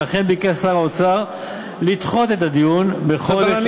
ולכן ביקש שר האוצר לדחות את הדיון בחודש,